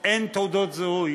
אין תעודות זיהוי